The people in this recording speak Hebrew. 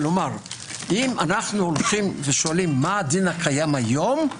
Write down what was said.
כלומר אם אנו שואלים מה הדין הקיים כיום,